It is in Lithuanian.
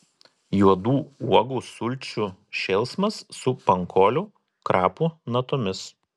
juodų uogų sulčių šėlsmas su pankolių krapų natomis